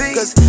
Cause